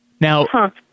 now